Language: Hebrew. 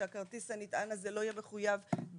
שהכרטיס הנטען הזה לא יהיה מחויב במע"מ.